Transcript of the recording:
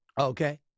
Okay